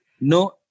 no